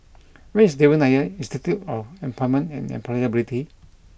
where is Devan Nair Institute of Employment and Employability